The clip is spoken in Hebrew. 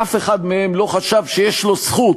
אף אחד מהם לא חשב שיש לו זכות